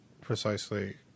precisely